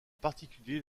particulier